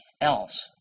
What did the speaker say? else